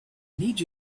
need